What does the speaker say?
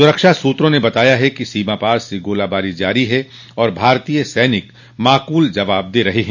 सुरक्षा सूत्रों ने बताया कि सीमापार से गोलाबारी जारी है और भारतीय सैनिक माकूल जवाब दे रहे हैं